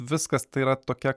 viskas tai yra tokia